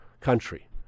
country